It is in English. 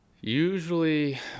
usually